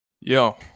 Yo